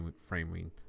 framing